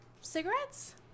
cigarettes